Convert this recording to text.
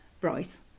Bryce